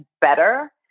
better